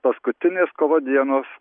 paskutinės kovo dienos